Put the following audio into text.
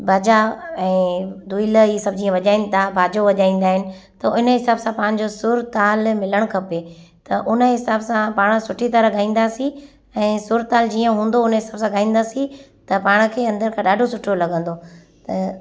बाजा ऐं दुहिलु हीअ सभु जीअं वॼाइनि था बाजो वॼाईंदा आहिनि त उन ई हिसाब सां पंहिंजो सुर ताल मिलणु खपे त उन हिसाब सां पाण सुठी तरह ॻाईंदासीं ऐं सुर ताल जीअं हूंदो उन हिसाब सां ॻाईंदासीं त पाण खे अंदरि खां ॾाढो सुठो लॻंदो त